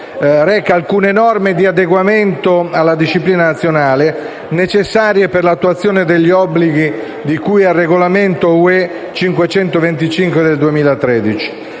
reca alcune norme di adeguamento della disciplina nazionale necessarie per l'attuazione degli obblighi di cui al regolamento (UE) n. 525/2013,